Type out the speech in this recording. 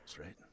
right